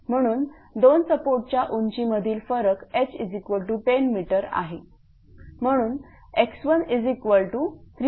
म्हणून दोन सपोर्टच्या उंची मधील फरक h10 m आहे म्हणून x13002 10×5764